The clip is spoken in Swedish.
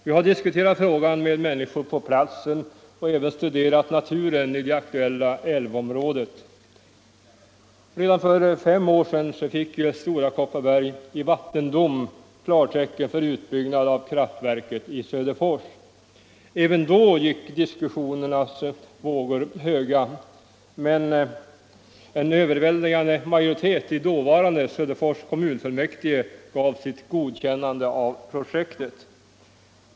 Vi har diskuterat frågan med människor på platsen och även studerat naturen i det aktuella älvområdet. Redan för fem år sedan fick Stora Kopparberg i vattendom klartecken för utbyggnad av kraftverket i Söderfors. Även då gick diskussionernas vågor höga, men en överväldigande majoritet i Söderfors dåvarande kommunfullmäktige gav sitt godkännande av projektet.